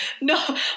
no